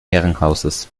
herrenhauses